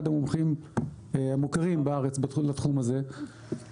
אחד המומחים המוכרים בארץ בתחום הזה,